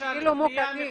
למשל פנייה מקוונת,